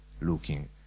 looking